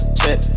check